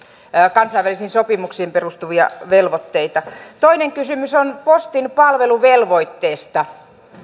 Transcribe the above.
kansainvälisiin sopimuksiin perustuvia velvoitteita toinen kysymys on postin palveluvelvoitteesta